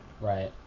Right